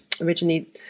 originally